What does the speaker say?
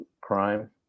crime